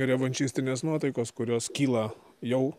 revanšistinės nuotaikos kurios kyla jau